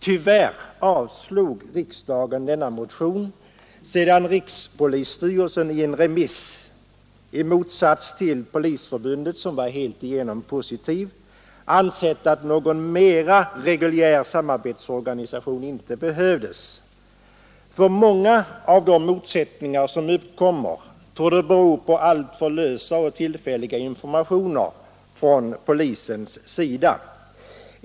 Tyvärr avslog riksdagen denna motion, sedan rikspolisstyrelsen i en remiss — i motsats till Polisförbundet, som var helt igenom positiv — ansett att någon mera reguljär samarbetsorganisation inte behövdes. Många av de motsättningar som uppkommer torde nämligen bero på alltför lösa och tillfälliga informationer från polisens sida.